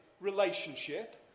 relationship